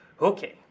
Okay